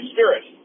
Spirit